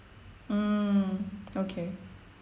mm okay